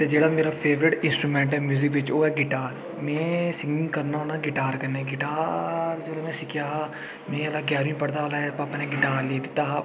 ते जेह्ड़ा मेरा फेवरट इंस्ट्रूमैंट ऐ म्यूजिक बिच ओह् ऐ गिटार में सिंगिंग करना होन्नां गिटार कन्नै गिटार जेल्लै में सिक्खेआ हा में जेल्लै ग्यारहमीं पढ़दा हा ओल्लै भापा नै गिटार लेई दित्ता हा